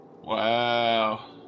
Wow